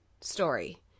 story